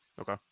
Okay